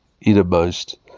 innermost